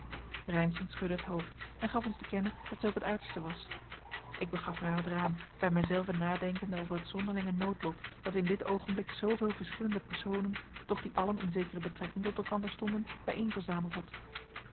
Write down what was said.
reynszen schudde het hoofd en gaf ons te kennen dat zij op het uiterste was ik begaf mij aan het raam bij mijzelven nadenkende over het zonderlinge noodlot dat in dit oogenblik zooveel verschillende personen doch die allen in zekere betrekking tot elkander stonden bijeenverzameld had